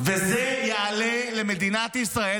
וזה יעלה למדינת ישראל,